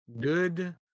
Good